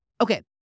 Okay